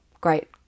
great